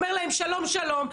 אומר להם שלום שלום,